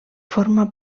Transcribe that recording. forma